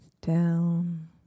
down